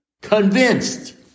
Convinced